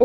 oh